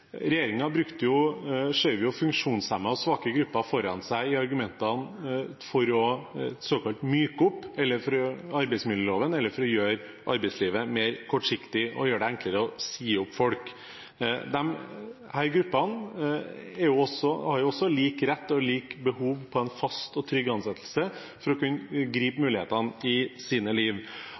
og svake grupper foran seg i argumentene for såkalt å myke opp arbeidsmiljøloven eller for å gjøre arbeidslivet mer kortsiktig og gjøre det enklere å si opp folk. Disse gruppene har jo også lik rett og likt behov for en fast og trygg ansettelse for å kunne gripe mulighetene i sine liv.